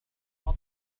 تفضل